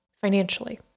financially